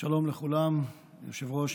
שלום לכולם, היושב-ראש.